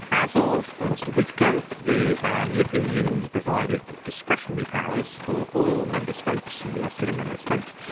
as of almost a week ago, the um european union has provided discretionary powers for all member states, and we are still a member state,